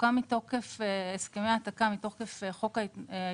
שהוקם מתוקף חוק ההתנתקות,